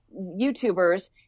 YouTubers